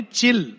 chill